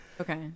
Okay